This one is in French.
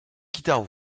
guitare